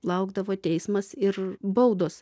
laukdavo teismas ir baudos